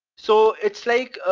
so it's like,